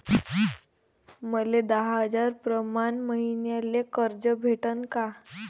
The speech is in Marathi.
मले दहा हजार प्रमाण मईन्याले कर्ज भेटन का?